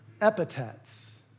epithets